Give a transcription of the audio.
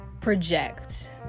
project